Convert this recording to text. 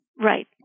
Right